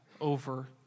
over